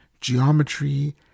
geometry